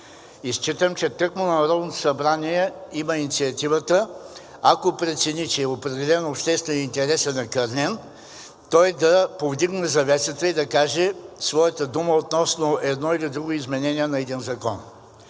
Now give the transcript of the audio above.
Считам, че тъкмо Народното събрание има инициативата, ако прецени, че определен обществен интерес е накърнен, да повдигне завесата и да каже своята дума относно едно или друго изменение на един закон.